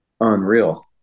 unreal